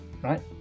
right